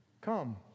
Come